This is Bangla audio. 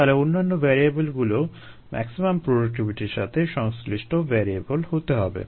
তাহলে অন্যান্য ভ্যারিয়েবলগুলোও ম্যাক্সিমাম প্রোডাক্টিভিটির সাথে সংশ্লিষ্ট ভ্যারিয়েবল হতে হবে